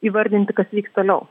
įvardinti kas vyks toliau